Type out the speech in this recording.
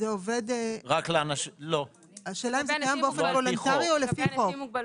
הרבה נכים --- לפי מוגבלות.